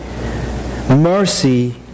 Mercy